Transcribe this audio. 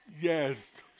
Yes